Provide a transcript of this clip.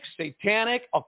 satanic